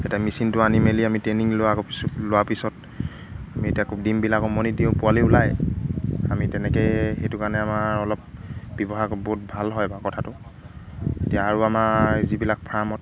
এতিয়া মেচিনটো আনি মেলি আমি ট্ৰেইনিং লোৱা আকৌ পিছত লোৱাৰ পিছত আমি এতিয়া ক ডিমবিলাক উমনি দিওঁ পোৱালি ওলায় আমি তেনেকেই সেইটো কাৰণে আমাৰ অলপ ব্যৱহাৰ বহুত ভাল হয় বাৰু কথাটো এতিয়া আৰু আমাৰ যিবিলাক ফাৰ্মত